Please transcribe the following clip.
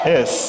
Yes